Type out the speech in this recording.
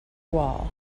wall